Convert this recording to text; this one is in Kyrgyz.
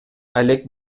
алек